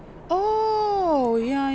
oh yeah